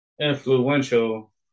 influential